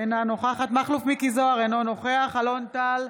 אינה נוכחת מכלוף מיקי זוהר, אינו נוכח אלון טל,